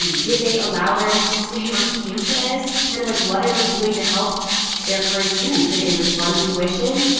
did they allow them to stay on campus? kind of like, what are they doing to help their current students? did they refund tuition?